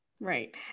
Right